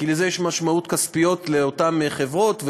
כי יש לזה משמעויות כספיות לאותן חברות,